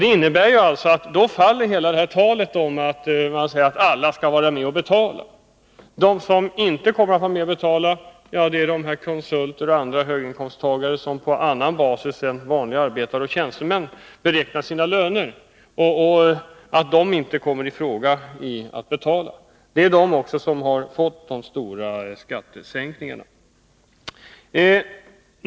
Det innebär att då faller hela talet om att alla skall vara med och betala. De som inte kommer att vara med att betala är konsulter och andra höginkomsttagare som beräknar sina löner på annan basis än vanliga arbetare och tjänstemän. De som inte kommer att vara med och betala är också de som fått de stora skattesänkningarna.